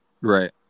Right